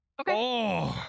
Okay